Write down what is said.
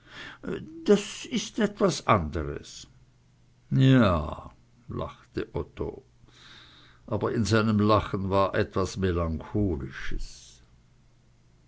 das ist etwas anderes ja lachte otto aber in seinem lachen war etwas melancholisches